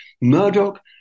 Murdoch